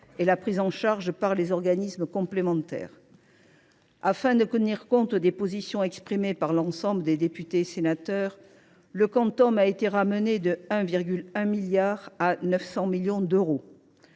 et la prise en charge par les organismes complémentaires. Pour tenir compte des positions exprimées par l’ensemble des députés et des sénateurs, le quantum a été ramené de 1,1 milliard d’euros à 900 millions d’euros.